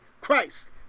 Christ